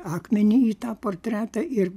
akmenį į tą portretą ir